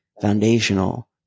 foundational